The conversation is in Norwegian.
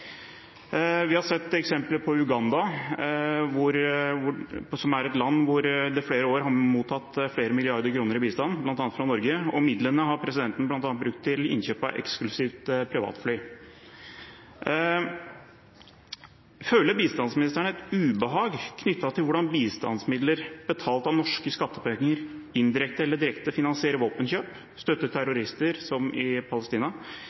Vi har sett eksempler fra Uganda, et land som i flere år har mottatt flere milliarder kroner i bistand, bl.a. fra Norge, på at presidenten har brukt av disse midlene, bl.a. til innkjøp av et eksklusivt privatfly. Føler bistandsministeren et ubehag ved hvordan bistandsmidler, betalt av norske skattepenger, direkte eller indirekte, finansierer våpenkjøp, støtter terrorister – som i Palestina